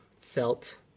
felt